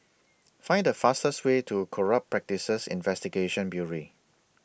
Find The fastest Way to Corrupt Practices Investigation Bureau